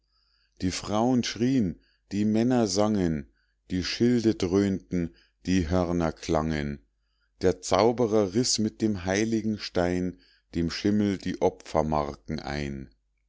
die frauen schrien die männer sangen die schilde dröhnten die hörner klangen der zauberer riß mit dem heiligen stein dem schimmel die opfermarken ein